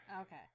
Okay